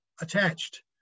attached